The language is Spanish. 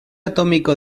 atómico